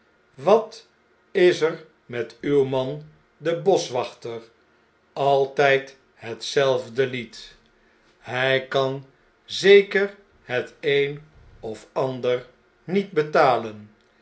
wat is er met uw man den boschwachter altjjd hetzelfde lied hjj kan zeker het een of ander niet betalen